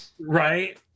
Right